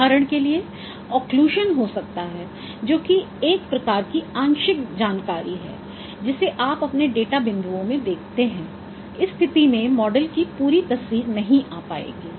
उदाहरण के लिए ऑक्लूशन हो सकता है जो कि एक प्रकार की आंशिक जानकारी है जिसे आप अपने डेटा बिंदुओं में देखते हैं इस स्थिति में मॉडल की पूरी तस्वीर नहीं आ पाएगी